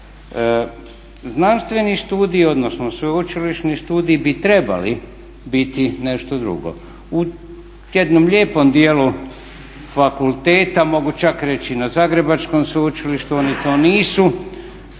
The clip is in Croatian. Znanstveni studiji, odnosno sveučilišni studiji bi trebali biti nešto drugo. U jednom lijepom dijelu fakulteta, mogu čak reći na Zagrebačkom sveučilištu oni to nisu.